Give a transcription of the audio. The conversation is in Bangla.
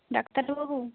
ডাক্তারবাবু